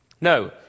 No